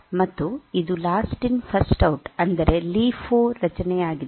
ಮತ್ತು ಇದು last in first out ಅಂದರೆ ಲೀಫೋ ರಚನೆಯಾಗಿದೆ